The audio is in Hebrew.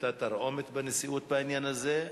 והיתה תרעומת בנשיאות בעניין הזה,